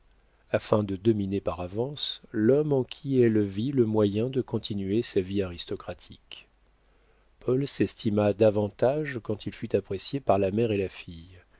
afin de dominer par avance l'homme en qui elle vit le moyen de continuer sa vie aristocratique paul s'estima davantage quand il fut apprécié par la mère et la fille